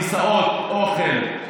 כיסאות אוכל,